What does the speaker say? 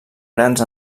grans